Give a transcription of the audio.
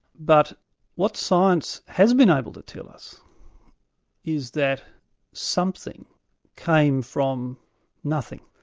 but what science has been able to tell us is that something came from nothing,